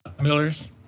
Miller's